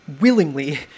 Willingly